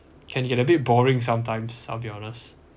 can get a bit boring sometimes I'll be honest